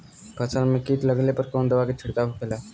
फसल में कीट लगने पर कौन दवा के छिड़काव होखेला?